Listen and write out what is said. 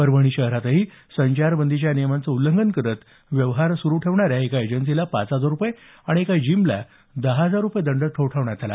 परभणी शहरातही संचारबंदीच्या नियमांचं उल्लंघन करत व्यवहार सुरु ठेवणाऱ्या एका एजन्सीला पाच हजार रुपये आणि एका जिमला दहा रुपयांचा दंड ठोठावण्यात आला